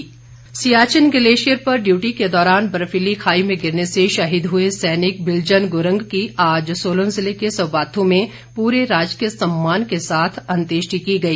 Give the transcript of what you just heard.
अंत्येष्ठी Siachen glacier पर duty के दौरान बर्फीली खाई में गिरने से शहीद हुए सैनिक बिल्जन गुरंग की आज सोलन जिले के सुबाथु में पूरे राजकीय सम्मान के साथ अंत्येष्ठी की गई